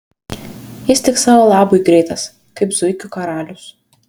jis tik savo labui greitas kaip zuikių karalius